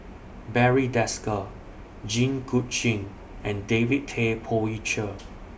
Barry Desker Jit Koon Ch'ng and David Tay Poey Cher